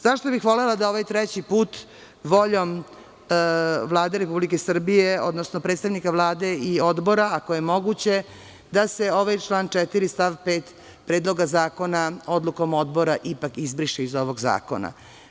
Zašto bih volela da ovaj treći put, voljom Vlade Republike Srbije, odnosno predstavnika Vlade i odbora, ako je moguće, da se ovaj član 4. stav 5. Predloga zakona odlukom Odbora, ipak izbriše iz ovog zakona?